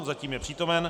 Zatím je přítomen.